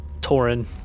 Torin